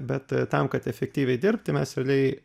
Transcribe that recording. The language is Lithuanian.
bet tam kad efektyviai dirbti mes realiai